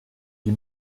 die